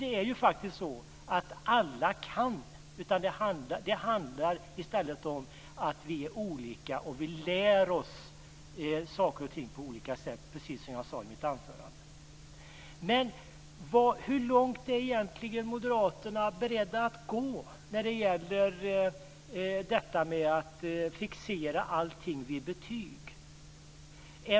Det handlar inte om att inte alla kan, utan det handlar om att vi är olika och att vi lär oss saker och ting på olika sätt, precis som jag sade i mitt anförande. Hur långt är moderaterna beredda att gå när det gäller att fixera allting vid betyg?